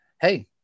hey